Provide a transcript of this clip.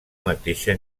mateixa